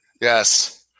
Yes